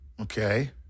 Okay